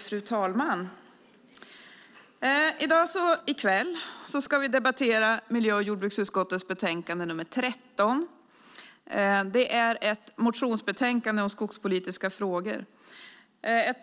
Fru talman! I kväll ska vi debattera miljö och jordbruksutskottets betänkande nr 13. Det är ett motionsbetänkande om skogspolitiska frågor.